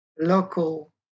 local